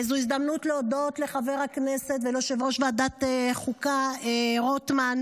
זו הזדמנות להודות לחבר הכנסת ויושב-ראש ועדת החוקה רוטמן,